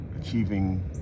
achieving